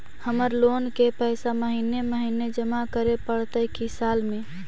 हमर लोन के पैसा महिने महिने जमा करे पड़तै कि साल में?